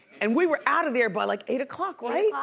and we were out of there by like eight o'clock, right?